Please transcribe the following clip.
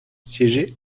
siégeait